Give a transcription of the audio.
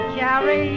carry